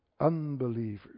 unbelievers